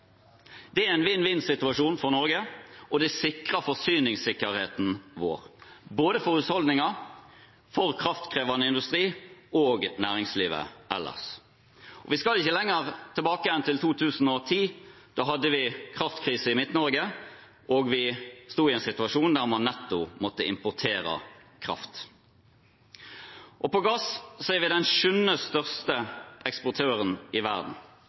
Det er en vinn-vinn-situasjon for Norge, og det sikrer forsyningssikkerheten vår – både for husholdninger, for kraftkrevende industri og for næringslivet ellers. Vi skal ikke lenger tilbake enn til 2010 – da hadde vi kraftkrise i Midt-Norge, og vi sto i en situasjon der man netto måtte importere kraft. Vi er den sjuende største eksportøren av gass i verden,